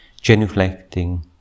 genuflecting